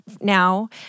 now